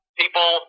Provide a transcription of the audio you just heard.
people